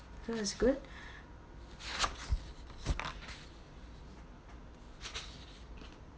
oh that's good